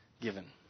given